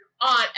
on